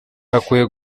hakwiye